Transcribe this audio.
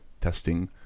testing